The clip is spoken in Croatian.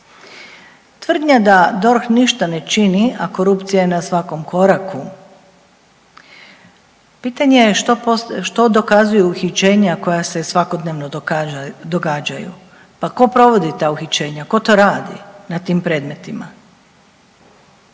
Tvrdnja da DORH ništa ne čini, a korupcija je na svakom koraku, pitanje je što dokazuju uhićenja koja se svakodnevno događaju? Pa ko provodi ta uhićenja? Ko to radi na tim predmetima?